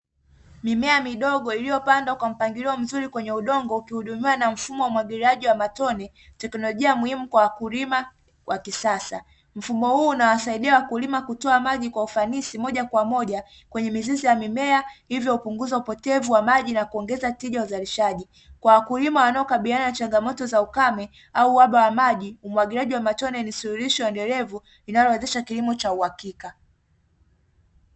Mimea midogo iliyopandwa kwa mpangilio mzuri kwenye udongo ukihudumiwa na mfumo wa umwagiliaji wa matone teknolojia muhimu kwa wakulima wa kisasa, Mfumo huu unawasaidia wakulima kutoa maji kwa ufanisi moja kwa moja kwenye mizizi ya mimea hivyo kupunguza upotevu wa maji na kuongeza tija uzalishaji kwa wakulima wanaokabiliana na changamoto za ukame au uhaba wa maji kumwagiliaji wa matone ni suluhisho endelevu inayowezesha kilimo cha uhakika.